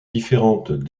différentes